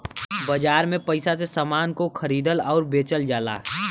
बाजार में पइसा से समान को खरीदल आउर बेचल जाला